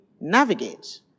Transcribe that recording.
navigate